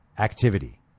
Activity